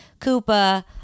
Koopa